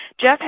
Jeff